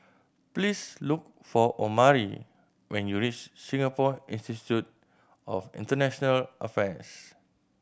please look for Omari when you reach Singapore Institute of International Affairs